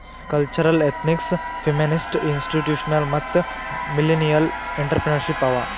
cultural, ethnic, feminist, institutional ಮತ್ತ millennial entrepreneurship ಅವಾ